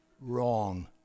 wrong